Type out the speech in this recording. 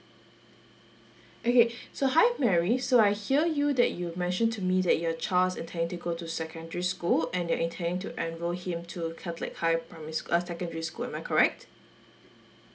okay so hi mary so I hear you that you mentioned to me that your child's intending to go to secondary school and you're intending to enrol him to catholic high primary uh secondary school am I correct